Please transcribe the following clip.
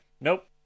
nope